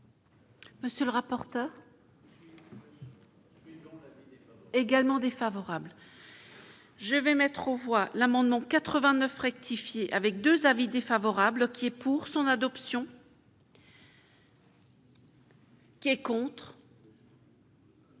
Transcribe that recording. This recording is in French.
Monsieur le rapporteur. également défavorable. Je vais mettre aux voix l'amendement 89 rectifié avec 2 avis défavorables qui est pour son adoption. Il n'est pas